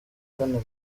kane